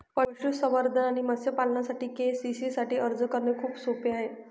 पशुसंवर्धन आणि मत्स्य पालनासाठी के.सी.सी साठी अर्ज करणे खूप सोपे आहे